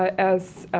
as, ah,